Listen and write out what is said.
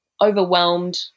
overwhelmed